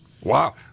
Wow